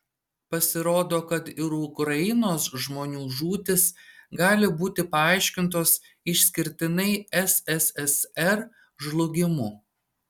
pasirodo kad ir ukrainos žmonių žūtys gali būti paaiškintos išskirtinai sssr žlugimu